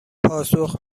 پاسخ